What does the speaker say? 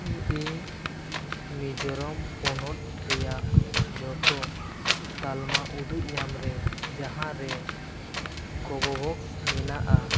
ᱤᱧ ᱢᱤᱡᱳᱨᱟᱢ ᱯᱚᱱᱚᱛ ᱨᱮᱭᱟᱜ ᱡᱚᱛᱚ ᱛᱟᱞᱢᱟ ᱩᱫᱩᱜ ᱧᱟᱢ ᱨᱮ ᱡᱟᱦᱟᱸ ᱨᱮ ᱠᱳᱵᱷᱳᱵᱷᱮᱠᱥ ᱢᱮᱱᱟᱜᱼᱟ